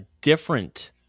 different